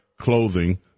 clothing